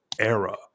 era